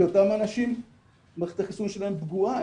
כי מערכת החיסון שלהם פגועה.